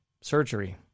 surgery